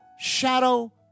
shadow